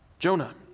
Jonah